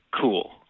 cool